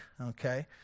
okay